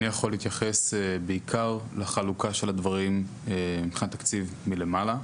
אני יכול להתייחס בעיקר לחלוקה של הדברים מבחינת תקציב מלמעלה.